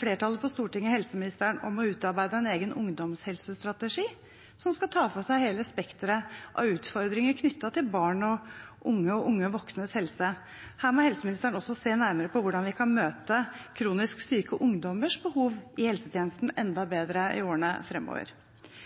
flertallet på Stortinget helseministeren om å utarbeide en egen ungdomshelsestrategi, som skal ta for seg hele spekteret av utfordringer knyttet til barn og unge og unge voksnes helse. Her må helseministeren også se nærmere på hvordan vi kan møte kronisk syke ungdommers behov i helsetjenesten enda